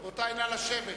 רבותי, נא לשבת,